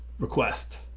request